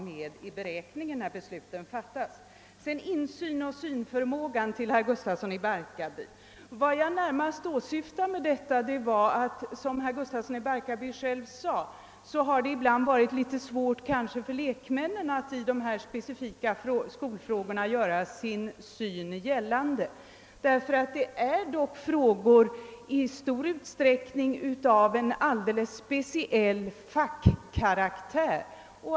Vad jag syftade på med talet om insyn och synförmåga var, som herr Gustafsson i Barkarby själv sade, att det ibland är svårt för lekmän att göra sin syn gällande i skolfrågor av speciell fackkaraktär.